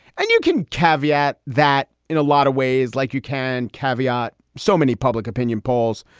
and you can caveat that in a lot of ways, like you can caveat so many public opinion polls.